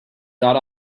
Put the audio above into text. got